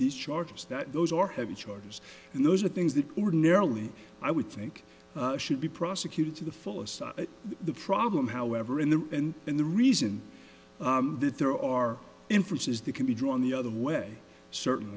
these charges that those are heavy charges and those are things that ordinarily i would think should be prosecuted to the full the problem however in the end and the reason that there are inferences the can be drawn the other way certain